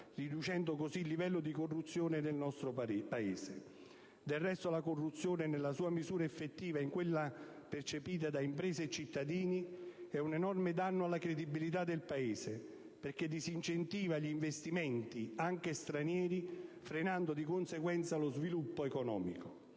riducendo così il livello di corruzione nel nostro Paese. Del resto, la corruzione, nella sua misura effettiva e in quella percepita da imprese e cittadini, è un enorme danno alla credibilità del Paese, perché disincentiva gli investimenti, anche stranieri, frenando di conseguenza lo sviluppo economico.